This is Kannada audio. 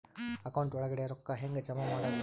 ಅಕೌಂಟ್ ಒಳಗಡೆ ರೊಕ್ಕ ಹೆಂಗ್ ಜಮಾ ಮಾಡುದು?